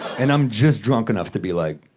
and i'm just drunk enough to be like,